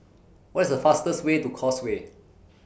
What IS The fastest Way to Causeway